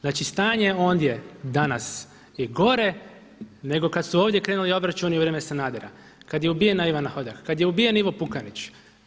Znači stanje ondje danas je gore nego kada su ovdje krenuli obračuni u vrijeme Sanadera, kada je ubijena Ivana Hodak, kada je ubijen Ivo Pukanić.